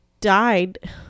died